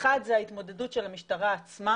- אחד זה ההתמודדות של המשטרה עצמה